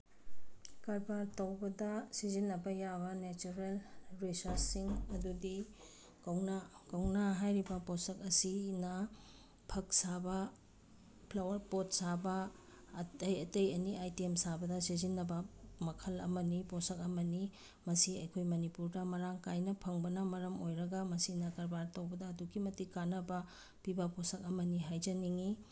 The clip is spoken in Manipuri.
ꯀꯔꯕꯥꯔ ꯇꯧꯕꯗ ꯁꯤꯖꯤꯟꯅꯕ ꯌꯥꯕ ꯅꯦꯆꯔꯦꯜ ꯔꯦꯁꯣꯔꯁꯁꯤꯡ ꯑꯗꯨꯗꯤ ꯀꯧꯅꯥ ꯀꯧꯅꯥ ꯍꯥꯏꯔꯤꯕ ꯄꯣꯇꯁꯛ ꯑꯁꯤꯅ ꯐꯛ ꯁꯥꯕ ꯐ꯭ꯂꯋꯥꯔ ꯄꯣꯠ ꯁꯥꯕ ꯑꯇꯩ ꯑꯇꯩ ꯑꯦꯅꯤ ꯑꯥꯏꯇꯦꯝ ꯁꯥꯕꯗ ꯁꯤꯖꯤꯟꯅꯕ ꯃꯈꯜ ꯑꯃꯅꯤ ꯄꯣꯠꯁꯛ ꯑꯃꯅꯤ ꯃꯁꯤ ꯑꯩꯈꯣꯏ ꯃꯅꯤꯄꯨꯔꯗ ꯃꯔꯥꯡ ꯀꯥꯏꯅ ꯐꯪꯕꯅ ꯃꯔꯝ ꯑꯣꯏꯔꯒ ꯃꯁꯤꯅ ꯀꯔꯕꯥꯔ ꯇꯧꯕꯗ ꯑꯗꯨꯛꯀꯤ ꯃꯇꯤꯛ ꯀꯥꯅꯕ ꯄꯤꯕ ꯄꯣꯠꯁꯛ ꯑꯃꯅꯤ ꯍꯥꯏꯖꯅꯤꯡꯉꯤ